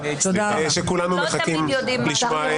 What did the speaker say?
שכולנו מחכים לשמוע.